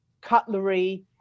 cutlery